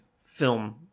film